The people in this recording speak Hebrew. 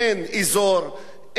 אין מדינות אחרות,